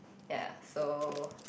ya so